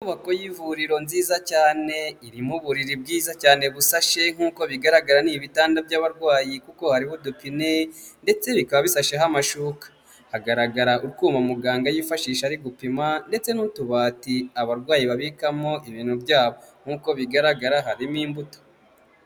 Inyubako y'ivuriro nziza cyane irimo uburiri bwiza cyane busashe nkuko bigaragara ni ibitanda by'abarwayi kuko hariho udupine ndetse bikaba bisasheho amashuka hagaragara utwuma muganga yifashisha ari gupima ndetse n'utubati abarwayi babikamo ibintu byabo nkuko bigaragara harimo imbuto.